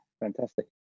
fantastic